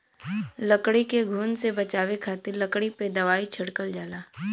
लकड़ी के घुन से बचावे खातिर लकड़ी पे दवाई छिड़कल जाला